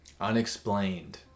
unexplained